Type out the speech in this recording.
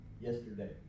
yesterday